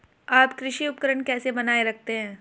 आप कृषि उपकरण कैसे बनाए रखते हैं?